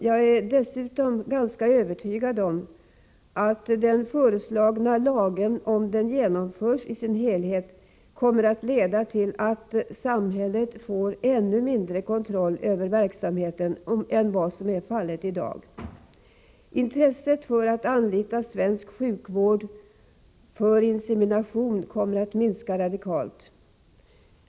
Jag är dessutom ganska övertygad om att den föreslagna lagen, om den genomförs i sin helhet, kommer att leda till att samhället får ännu mindre kontroll över verksamheten än vad som är fallet i dag. Intresset för att anlita svensk sjukvård för insemination kommer att minska radikalt.